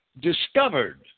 discovered